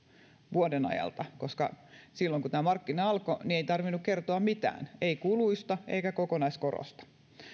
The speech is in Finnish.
vuoden ajalta silloin kun tämä markkina alkoi ei tarvinnut kertoa mitään ei kuluista eikä kokonaiskorosta